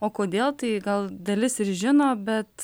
o kodėl tai gal dalis ir žino bet